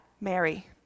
mary